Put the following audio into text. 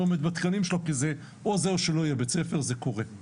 עומד בתנאים שלו כי זה או זה או שלא יהיה בית-ספר זה קורה.